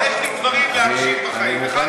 יש לי דברים להגשים בחיים.